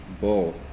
bull